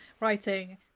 writing